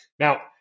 Now